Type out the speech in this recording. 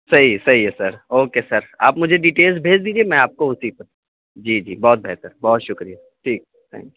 صحیح ہے صحیح ہے سر اوکے سر آپ مجھے ڈیٹیلس بھیج دیجیے میں آپ کو اسی پر جی جی بہت بہتر بہت شکریہ ٹھیک تھینک یو